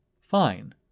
fine